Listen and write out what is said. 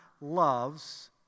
loves